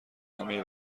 همهی